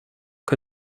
que